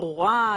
איזה בשורה,